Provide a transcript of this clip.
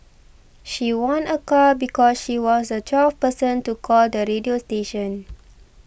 she won a car because she was a twelfth person to call the radio station